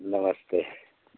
नमस्ते